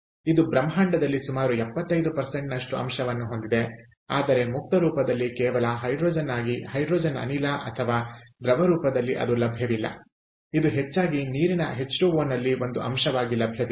ಇದು ಬ್ರಹ್ಮಾಂಡದಲ್ಲಿ ಸುಮಾರು 75 ನಷ್ಟು ಅಂಶವನ್ನು ಹೊಂದಿದೆ ಆದರೆ ಮುಕ್ತ ರೂಪದಲ್ಲಿ ಕೇವಲ ಹೈಡ್ರೋಜನ್ ಆಗಿ ಹೈಡ್ರೋಜನ್ ಅನಿಲ ಅಥವಾ ದ್ರವದ ರೂಪದಲ್ಲಿ ಅದು ಲಭ್ಯವಿಲ್ಲ ಇದು ಹೆಚ್ಚಾಗಿ ನೀರಿನ H2O ನಲ್ಲಿ ಒಂದು ಅಂಶವಾಗಿ ಲಭ್ಯವಿದೆ